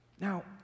Now